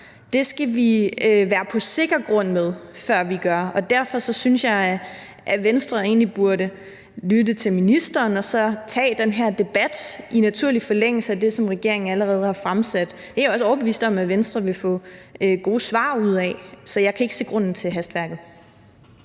Det skal vi være på sikker grund med, før vi gør det. Derfor synes jeg, at Venstre egentlig burde lytte til ministeren og så tage den her debat i naturlig forlængelse af det, som regeringen allerede har fremsat forslag om. Det er jeg også overbevist om at Venstre vil få gode svar ud af. Så jeg kan ikke se grunden til hastværket.